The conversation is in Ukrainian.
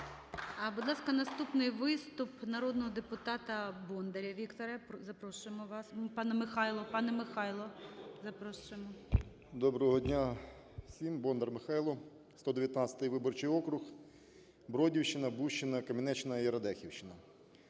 Будь ласка, наступний виступ народного депутата Бондаря Віктора. Запрошуємо вас, пане Михайло. Перепрошую. 13:03:08 БОНДАР М.Л. Доброго дня всім. Бондар Михайло, 119 виборчий округ, Бродівщина, Бущина, Кам'янеччина і Радехівщина.